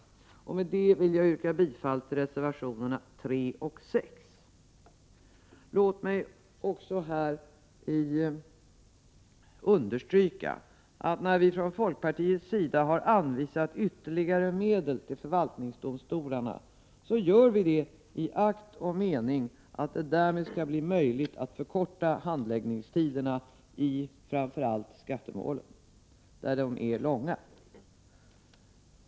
Med detta vill jag yrka bifall till reservationerna 3 och 6. Låt mig också understryka att när vi från folkpartiets sida anvisar ytterligare medel till förvaltningsdomstolarna, gör vi det i akt och mening att det därmed skall bli möljigt att förkorta handläggningstiderna i framför allt skattemålen.